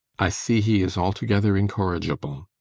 i see he is altogether incorrigible.